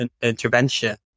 intervention